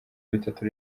bitatu